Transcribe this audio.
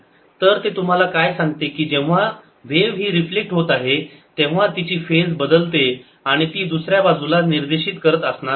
तर ते तुम्हाला काय सांगते की जेव्हा व्हेव ही रिफ्लेक्ट होत आहे तेव्हा तिची फेज बदलते आणि ती दुसऱ्या बाजूला निर्देशीत करत असणार आहे